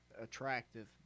attractive